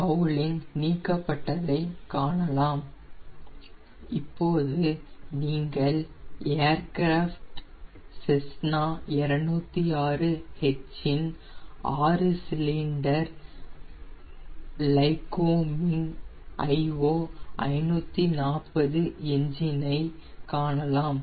Refer Time 1557 cowling நீக்கப்பட்டதை காணலாம் இப்போது நீங்கள் ஏர்கிராஃப்ட் செஸ்னா 206 H இன் 6 சிலிண்டர் லைக்கோமிங் IO 540 என்ஜின் ஐ காணலாம்